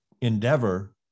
endeavor